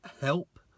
help